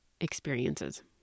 experiences